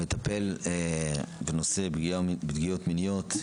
הוא מטפל בנושא פגיעות מיניות.